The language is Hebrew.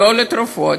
לא לתרופות.